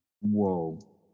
Whoa